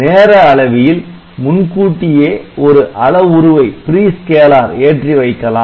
நேர அளவியில் முன்கூட்டியே ஒரு அளவுருவை ஏற்றி வைக்கலாம்